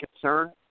concern